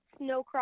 snowcross